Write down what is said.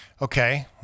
Okay